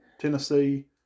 Tennessee